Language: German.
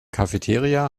cafeteria